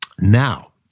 Now